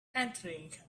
entering